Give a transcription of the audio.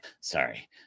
sorry